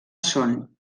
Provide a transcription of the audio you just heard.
són